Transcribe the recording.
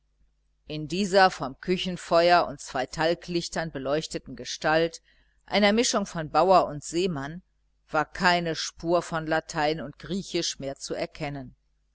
in dieser vom küchenfeuer und zwei talglichtern beleuchteten gestalt einer mischung von bauer und seemann war keine spur von latein oder griechisch mehr zu erkennen